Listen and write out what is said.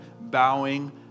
bowing